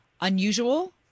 unusual